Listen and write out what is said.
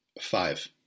Five